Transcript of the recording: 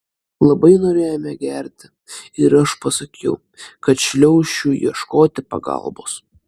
labai norėjome gerti ir aš pasakiau kad šliaušiu ieškoti pagalbos